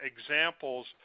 examples